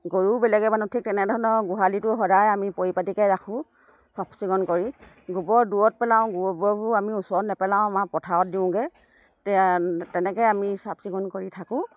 গৰুও বেলেগে মানুহ ঠিক তেনেধৰণৰ গোহালিটো সদায় আমি পৰিপাতিকৈ ৰাখোঁ চাফচিকুণ কৰি গোবৰ দূৰত পেলাওঁ গোবৰবোৰ আমি ওচৰত নেপেলাওঁ আমাৰ পথাৰত দিওঁগৈ তেনেকৈ আমি চাফচিকুণ কৰি থাকোঁ